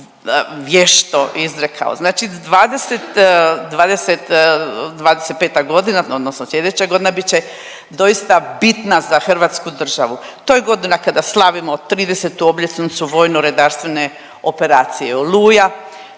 vješto izrekao. Znači 25 godina, odnosno sljedeća godina bit će doista bitna za Hrvatsku državu. To je godina kada slavimo 30 obljetnicu vojno-redarstvene operacije Oluja,